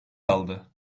aldı